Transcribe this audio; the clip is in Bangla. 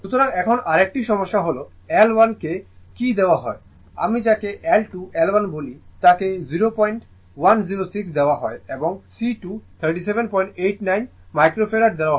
সুতরাং এখন আরেকটি সমস্যা হল L1 কে কী দেওয়া হয় আমি যাকে L 2 L 1 বলি তাকে 0106 দেওয়া হয় এবং C 2 3789 মাইক্রো ফ্যারাড দেওয়া হয়